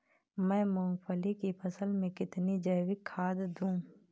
मैं मूंगफली की फसल में कितनी जैविक खाद दूं?